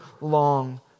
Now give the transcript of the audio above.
long